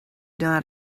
not